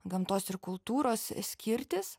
gamtos ir kultūros skirtys